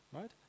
right